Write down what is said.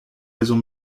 raison